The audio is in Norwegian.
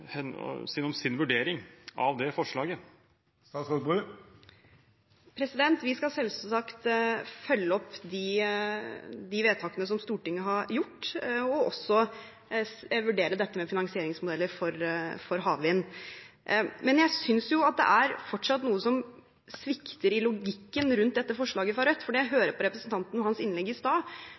om sin vurdering av det forslaget? Vi skal selvsagt følge opp de vedtakene som Stortinget har gjort, og også vurdere dette med finansieringsmodeller for havvind. Men jeg synes det fortsatt er noe som svikter i logikken rundt dette forslaget fra Rødt, for da jeg hørte på representanten og hans innlegg i stad,